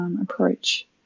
approach